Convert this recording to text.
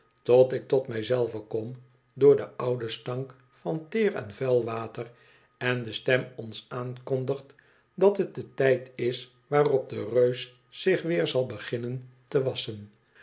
tot ik tot mij zelven kom door de oude stank van teer en vuil water en de stem ons aankondigt dat het de tijd is waarop de reus zich weer zal beginnen te wasschen